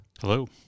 Hello